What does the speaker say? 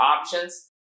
options